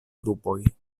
grupoj